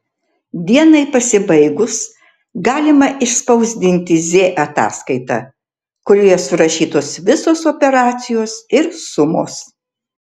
dienai pasibaigus galima išspausdinti z ataskaitą kurioje surašytos visos operacijos ir sumos